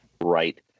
right